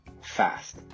fast